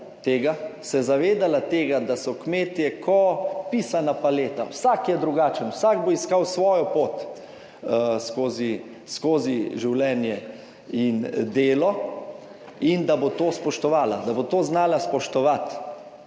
se zavedala tega, da so kmetje kot pisana paleta, vsak je drugačen, vsak bo iskal svojo pot skozi življenje in delo in da bo to spoštovala, da bo to znala spoštovati,